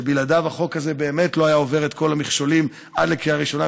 שבלעדיו החוק הזה לא היה עובר את כל המכשולים עד לקריאה ראשונה,